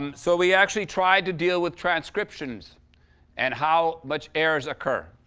um so we actually tried to deal with transcriptions and how much errors occur.